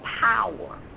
power